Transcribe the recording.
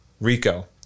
RICO